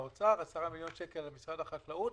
האוצר ו-10 מיליון שקל על משרד החקלאות.